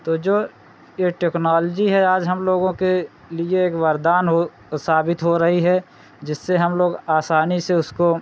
तो जो ये टेक्नॉलजी है आज हम लोगों के लिए एक वरदान हो साबित हो रही है जिससे हम लोग आसानी से उसको